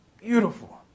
Beautiful